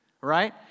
right